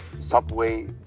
subway